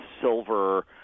silver